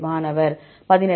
மாணவர் 18